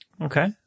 Okay